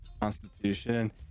Constitution